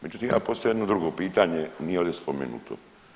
Međutim, ja postavljam jedno drugo pitanje nije ovdje spomenuto.